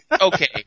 okay